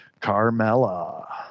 Carmella